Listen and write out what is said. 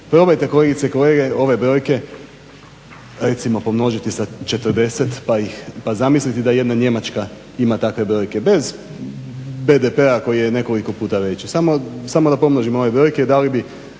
Probajte kolegice i kolege ove brojke recimo pomnožiti sa 40 pa zamislite da jedna Njemačka ima takve brojke bez BDP-a koji je nekoliko puta veći. Samo da pomnožimo ove brojke da li bi